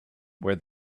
where